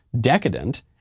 Decadent